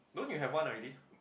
don't you have one already